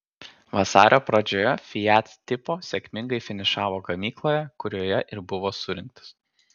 vasario pradžioje fiat tipo sėkmingai finišavo gamykloje kurioje ir buvo surinktas